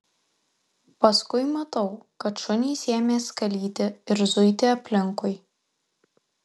paskui matau kad šunys ėmė skalyti ir zuiti aplinkui